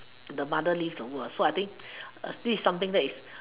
the mother leave the world so I think this is something